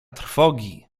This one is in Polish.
trwogi